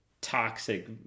toxic